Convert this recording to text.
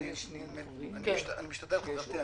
אני משתדל, חברתי.